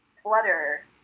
flutter